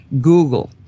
Google